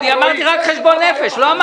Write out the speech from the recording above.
אני אביא לך את המספרים.